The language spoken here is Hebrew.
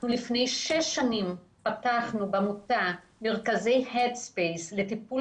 לפני שש שנים פתחנו בעמותה מרכזי הד ספייס לטיפול